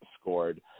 scored